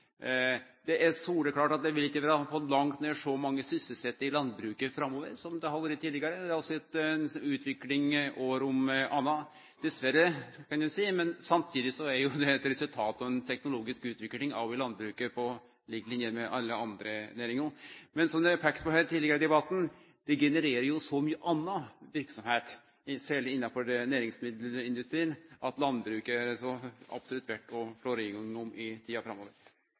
Det er soleklart at det vil ikkje på langt nær vere så mange sysselsette i landbruket framover som det har vore tidlegare. Det er også ei utvikling år om anna, dessverre, kan ein seie. Men samtidig er det eit resultat av ei teknologisk utvikling også i landbruket, på lik line med alle andre næringar. Men som det har vore peikt på tidlegare her i debatten: Det genererer så mykje anna verksemd, særleg innanfor næringsmiddelindustrien, at landbruket er det absolutt verdt å slå ring om i tida framover.